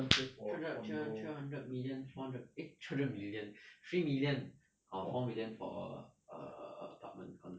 three hundred three hundred million four hundred eh three hundred million three million or four million for err apartment condo